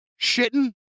shitting